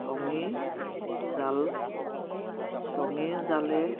টঙীৰ জাল টঙীৰ জালে